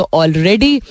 already